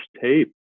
tape